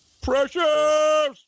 Precious